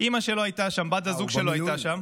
אימא שלו הייתה שם, בת הזוג שלו הייתה שם.